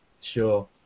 Sure